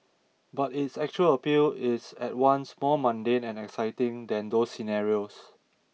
but its actual appeal is at once more mundane and exciting than those scenarios